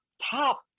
top